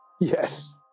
Yes